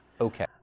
Okay